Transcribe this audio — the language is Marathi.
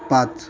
पाच